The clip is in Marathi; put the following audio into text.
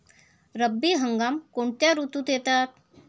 रब्बी हंगाम कोणत्या ऋतूत येतात?